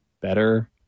better